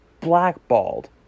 blackballed